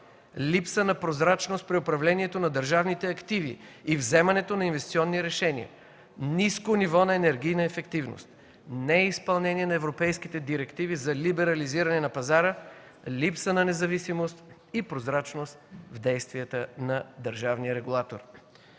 липса на прозрачност при управлението на държавните активи и вземането на инвестиционни решения; ниско ниво на енергийна ефективност; неизпълнение на европейските директиви за либерализиране на пазара; липса на независимост и прозрачност в действията на държавния регулатор.